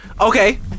Okay